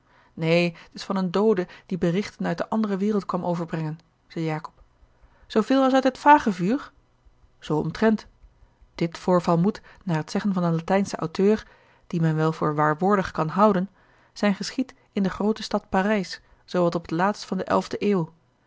neen t is van een doode die berichten uit de andere wereld kwam overbrengen zei jacob zooveel als uit het vagevuur zoo omtrent dit voorval moet naar t zeggen van een latijnschen auteur dien men wel voor waarwoording kan houden zijn geschied in de groote stad parijs zoo wat op t laatst van de de eeuw